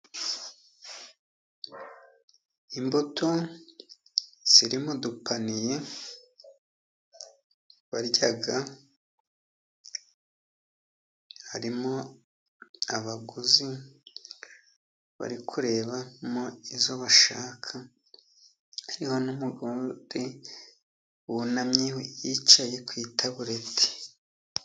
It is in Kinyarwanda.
Imbuto, ziri mu dupaniye, barya. Harimo abaguzi, bari kurebamo izo bashaka. Hariho n’umugore, wunamye, yicaye ku itabureti.